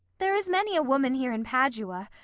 there is many a woman here in padua,